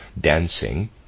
dancing